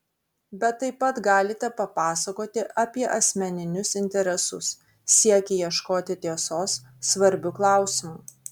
bet taip pat galite papasakoti apie asmeninius interesus siekį ieškoti tiesos svarbiu klausimu